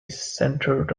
centered